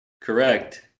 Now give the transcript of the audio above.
Correct